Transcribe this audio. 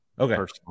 Okay